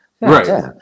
Right